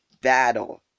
battle